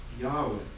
Yahweh